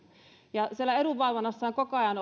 siellä edunvalvonnassa on koko